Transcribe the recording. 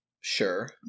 Sure